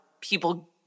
people